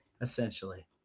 essentially